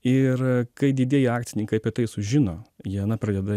ir kai didieji akcininkai apie tai sužino jie na pradeda